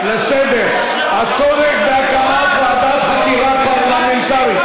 הצעה לסדר-היום: הצורך בהקמת ועדת חקירה פרלמנטרית,